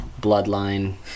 bloodline